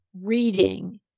reading